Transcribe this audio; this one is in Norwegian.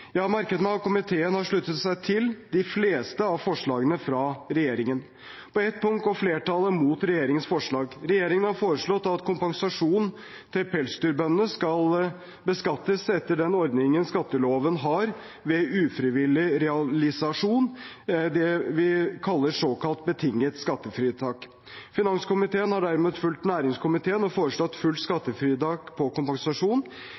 komiteen har sluttet seg til de fleste av forslagene fra regjeringen, men på ett punkt går flertallet imot regjeringens forslag. Regjeringen har foreslått at kompensasjonen til pelsdyrbøndene skal beskattes etter den ordningen skatteloven har ved ufrivillig realisasjon, og som kalles betinget skattefritak. Finanskomiteen har derimot fulgt næringskomiteen og foreslått fullt skattefritak på kompensasjon.